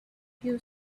few